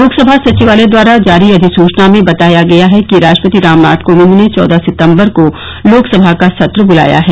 लोकसभा सचिवालय द्वारा जारी अधिसूचना में बताया गया है कि राष्ट्रपति रामनाथ कोविंद ने चौदह सितम्बर को लोकसभा का सत्र बुलाया है